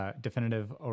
Definitive